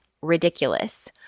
ridiculous